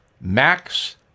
max